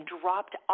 dropped